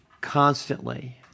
constantly